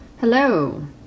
Hello